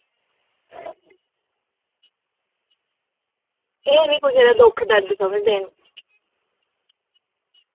एह् निं कुसै दे दुख दर्द समझदे न